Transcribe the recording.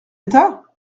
état